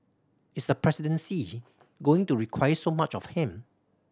is the presidency going to require so much of him